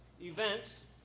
events